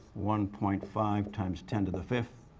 one point five times ten to the fifth